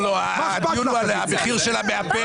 לא, הדיון הוא על המחיר של המאפרת.